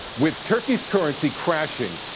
with turkey's currency crashing,